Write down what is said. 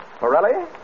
Morelli